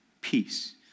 peace